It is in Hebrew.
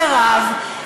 סירב.